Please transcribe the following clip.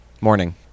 morning